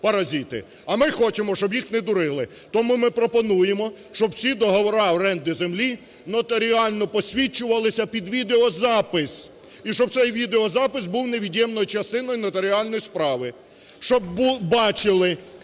а ми хочемо, щоб їх не дурили. Тому ми пропонуємо, щоб всі договори оренди землі нотаріально посвідчувалися під відеозапис. І щоб цей відеозапис був невід'ємною частиною нотаріальної справи.